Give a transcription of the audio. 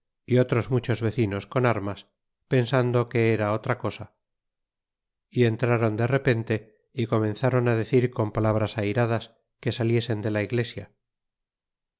tres otros muchos vecinos con armas pensando que era otra cosa y entraron de repente y comenzaron decir con palabras airadas que saliesen de la iglesia